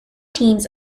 teams